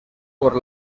por